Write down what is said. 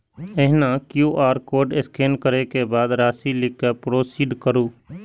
एहिना QR code scan करै के बाद राशि लिख कें प्रोसीड करू